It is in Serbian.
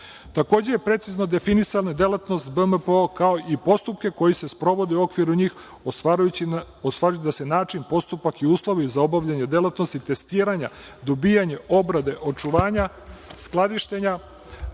je precizno definisana delatnost BMPO, kao i postupke koji se sprovode u okviru njih ostvarujući da se način, postupak i uslovi za obavljanje delatnosti testiranja, dobijanje obrade, očuvanja, skladištenja,